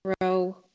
row